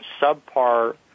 subpar